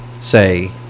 say